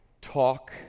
Talk